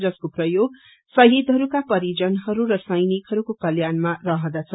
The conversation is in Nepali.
जसको प्रयोग भाहीदहरूका परिजनहरू र सैनिकहरूको कल्याणमा रहदछ